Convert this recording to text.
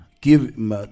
give